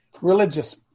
Religious